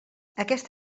aquest